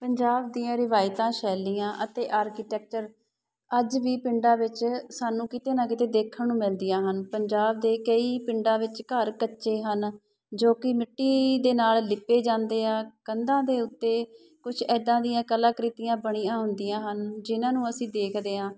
ਪੰਜਾਬ ਦੀਆਂ ਰਿਵਾਇਤਾਂ ਸ਼ੈਲੀਆਂ ਅਤੇ ਆਰਕੀਟੈਕਚਰ ਅੱਜ ਵੀ ਪਿੰਡਾਂ ਵਿੱਚ ਸਾਨੂੰ ਕਿਤੇ ਨਾ ਕਿਤੇ ਦੇਖਣ ਨੂੰ ਮਿਲਦੀਆਂ ਹਨ ਪੰਜਾਬ ਦੇ ਕਈ ਪਿੰਡਾਂ ਵਿੱਚ ਘਰ ਕੱਚੇ ਹਨ ਜੋ ਕਿ ਮਿੱਟੀ ਦੇ ਨਾਲ ਲਿੱਪੇ ਜਾਂਦੇ ਆ ਕੰਧਾਂ ਦੇ ਉੱਤੇ ਕੁਛ ਇੱਦਾਂ ਦੀਆਂ ਕਲਾ ਕ੍ਰਿਤੀਆਂ ਬਣੀਆਂ ਹੁੰਦੀਆਂ ਹਨ ਜਿਨਾਂ ਨੂੰ ਅਸੀਂ ਦੇਖਦੇ ਹਾਂ